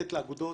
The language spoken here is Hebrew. לתת לאגודות,